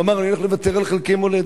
הוא אמר: אני הולך לוותר על חלקי מולדת.